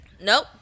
Nope